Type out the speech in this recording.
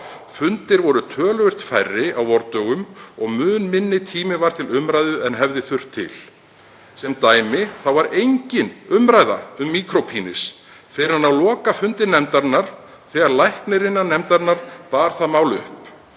Fundir voru töluvert færri á vordögum og mun minni tími var til umræðu en hefði þurft til. Sem dæmi þá var engin umræða um „micro-penis“ fyrr en á lokafundi nefndarinnar þegar læknir innan nefndarinnar bar það mál upp.